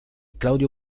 claudio